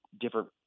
different